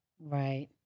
Right